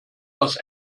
was